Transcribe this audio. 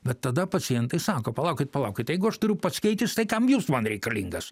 bet tada pacientai sako palaukit palaukit jeigu aš turiu pats keistis tai kam jums man reikalingas